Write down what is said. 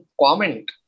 comment